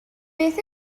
beth